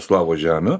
slavų žemių